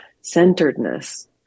centeredness